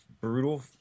brutal